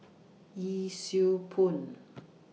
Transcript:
Yee Siew Pun